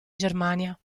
germania